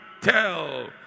tell